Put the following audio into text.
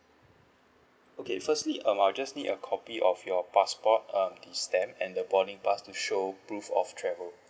okay firstly um I'll just need a copy of your passport and the boarding pass to show proof of travel